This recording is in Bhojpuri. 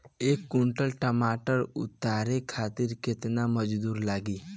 एक कुंटल टमाटर उतारे खातिर केतना मजदूरी लागी?